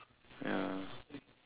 ya